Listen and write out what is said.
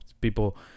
People